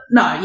no